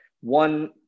one